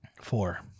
Four